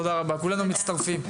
תודה רבה כולנו מצטרפים.